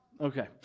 Okay